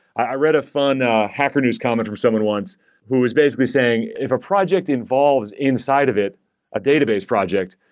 i read a fun hacker news comment from someone once who is basically saying if a project involves inside of it a database project,